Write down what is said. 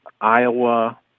Iowa